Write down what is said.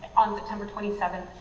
on september twenty seven,